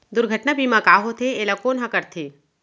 दुर्घटना बीमा का होथे, एला कोन ह करथे?